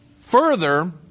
further